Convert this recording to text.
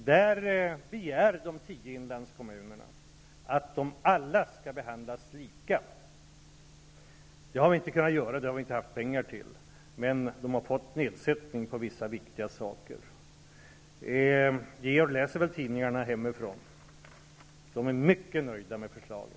Där begär de tio inlandskommunerna att de alla skall behandlas lika. Det har vi inte kunnat göra eftersom vi inte har haft pengar till det, men de har fått nedsättningar på vissa viktiga saker. Georg Andersson läser väl tidningarna hemifrån. De är mycket nöjda med förslaget.